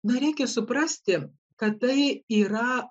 na reikia suprasti kad tai yra